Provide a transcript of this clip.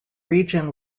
region